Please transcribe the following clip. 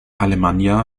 alemannia